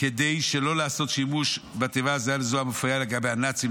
כדי שלא לעשות שימוש בתיבה הזהה לזו המופיעה לגבי הנאצים,